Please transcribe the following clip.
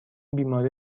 بیماری